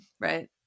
right